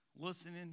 Listening